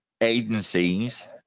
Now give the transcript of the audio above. agencies